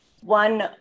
One